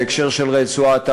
בהקשר של רצועת-עזה,